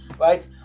right